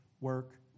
work